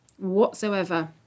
whatsoever